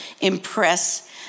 impress